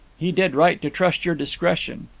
he did right to trust your discretion.